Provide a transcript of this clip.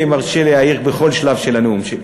אני מרשה להעיר בכל שלב של הנאום שלי.